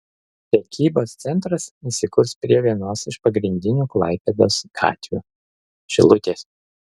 prekybos centras įsikurs prie vienos iš pagrindinių klaipėdos gatvių šilutės